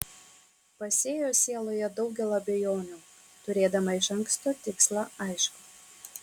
pasėjo sieloje daugel abejonių turėdama iš anksto tikslą aiškų